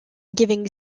giving